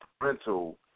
rental